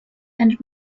and